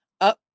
up